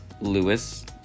Lewis